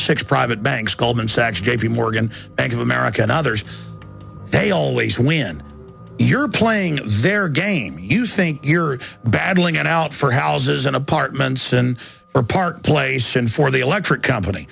six private banks goldman sachs j p morgan bank of america and others they always when you're playing their game you think you're battling it out for houses and apartments and or park place and for the electric company